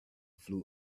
flew